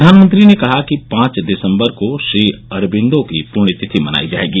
प्रधानमंत्री ने कहा कि पांच दिसंबर को श्री अरबिंदो की पृण्यतिथि मनाई जाएगी